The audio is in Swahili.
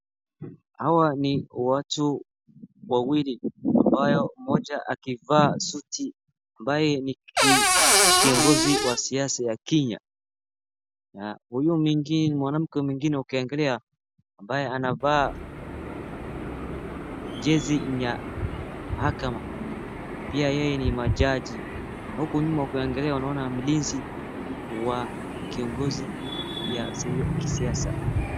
Hawa ni watu wawili ambao mmoja akivaa suti ambaye ni kiongozi wa siasa ya Kenya, na huyu mwanamke mwingine ukiangalia ambaye anavaa jezi ya mahakama pia yeye ni majaji na huku nyuma ukiangalia unaona mlinzi wa kiongozi wa kisisa.